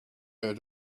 her